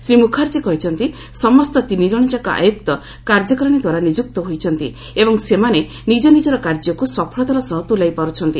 ଶ୍ରୀ ମୁଖାର୍ଚ୍ଚୀ କହିଛନ୍ତି ସମସ୍ତ ତିନି ଜଣଯାକ ଆୟୁକ୍ତ କାର୍ଯ୍ୟକାରିଣୀ ଦ୍ୱାରା ନିଯୁକ୍ତ ହୋଇଛନ୍ତି ଏବଂ ସେମାନେ ନିଜ ନିଜର କାର୍ଯ୍ୟକୁ ସଫଳତାର ସହ ତୁଲାଇ ପାରୁଛନ୍ତି